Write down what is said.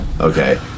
okay